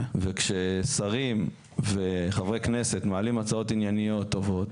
וכששרים וחברי כנסת מעלים הצעות ענייניות וטובות,